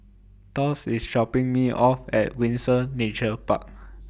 Thos IS dropping Me off At Windsor Nature Park